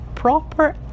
proper